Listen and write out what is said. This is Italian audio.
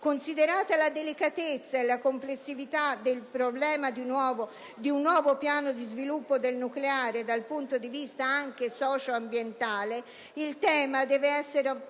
Considerata la delicatezza e la complessità del problema di un nuovo piano di sviluppo del nucleare dal punto di vista anche socio-ambientale, il tema deve essere affrontato